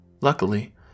Luckily